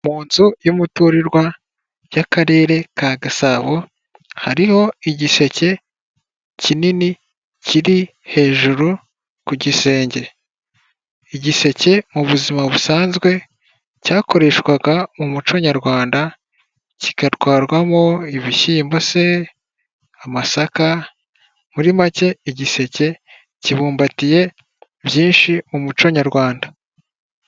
Mu nzu y'umuturirwa y'akarere ka Gasabo hariho igiseke kinini kiri hejuru ku gisenge. Igiseke mu buzima busanzwe, cyakoreshwaga mu muco nyarwanda, kigatwarwamo ibishyimbo se, amasaka, muri make igiseke kibumbatiye byinshi mu muco nyarwanda.